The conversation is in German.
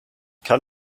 kann